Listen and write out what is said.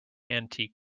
antique